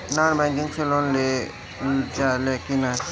Non banking से loan लेल जा ले कि ना?